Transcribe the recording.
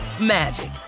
magic